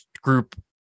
group